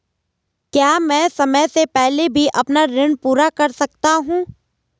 क्या मैं समय से पहले भी अपना ऋण पूरा कर सकता हूँ?